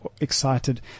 excited